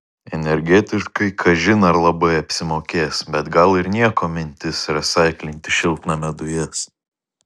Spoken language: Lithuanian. energetiškai kažin ar labai apsimokės bet gal ir nieko mintis resaiklinti šiltnamio dujas